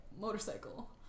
motorcycle